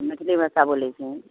मैथिली भाषा बोलैत छै